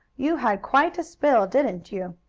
you had quite a spill didn't you?